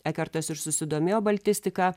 ekertas ir susidomėjo baltistika